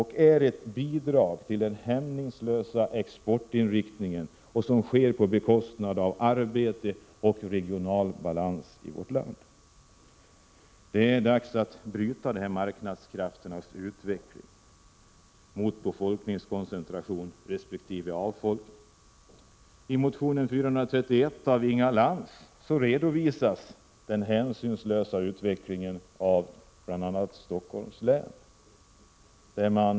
Det innebär också att man bidrar till den hämningslösa exportinriktning som sker på bekostnad av sysselsättning och regional balans i vårt land. Det är dags att bryta marknadskrafternas utveckling mot befolkningskoncentration och avfolkning. I motion A431 av Inga Lantz redovisas den hänsynslösa utvecklingen i bl.a. Stockholms län.